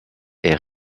est